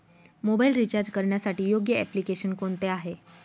Mobile recharge करण्यासाठी योग्य application कोणते आहे?